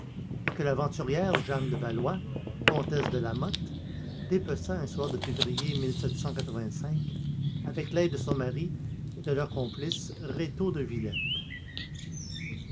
et que l'aventurière jeanne de valois comtesse de la motte dépeça un soir de février avec l'aide de son mari et de leur complice rétaux de villette